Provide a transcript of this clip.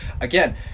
Again